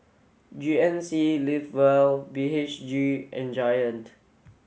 G N C live well B H G and Giant